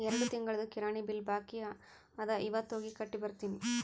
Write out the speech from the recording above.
ಎರಡು ತಿಂಗುಳ್ದು ಕಿರಾಣಿ ಬಿಲ್ ಬಾಕಿ ಅದ ಇವತ್ ಹೋಗಿ ಕಟ್ಟಿ ಬರ್ತಿನಿ